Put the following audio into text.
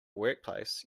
workplace